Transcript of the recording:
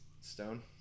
Stone